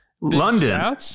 London